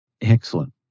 Excellent